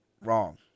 Wrong